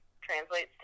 translates